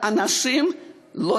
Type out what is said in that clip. התקשרו כל כך הרבה אנשים ללשכה שלי,